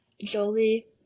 Jolie